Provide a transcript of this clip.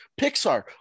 Pixar